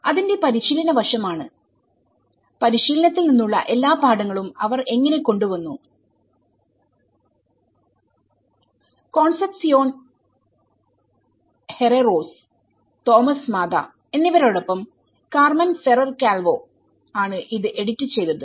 അതിന്റെ പരിശീലന വശം ആണ്പരിശീലനത്തിൽ നിന്നുള്ള എല്ലാ പാഠങ്ങളും അവർ എങ്ങനെ കൊണ്ടുവന്നു കോൺസെപ്സിയോൺ ഹെറെറോസ് തോമസ് മാതഎന്നിവരോടൊപ്പം കാർമെൻ ഫെറർ കാൽവോആണ് ഇത് എഡിറ്റ് ചെയ്തത്